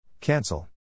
Cancel